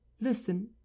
listen